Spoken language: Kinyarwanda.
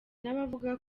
n’abavuga